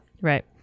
right